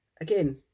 again